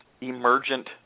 emergent